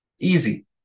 Easy